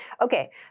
Okay